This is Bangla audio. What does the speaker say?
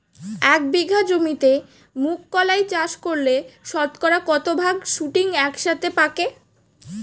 এক বিঘা জমিতে মুঘ কলাই চাষ করলে শতকরা কত ভাগ শুটিং একসাথে পাকে?